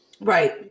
Right